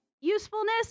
usefulness